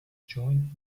join